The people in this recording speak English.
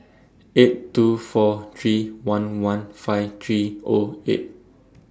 eight two four three one one five three Zero eight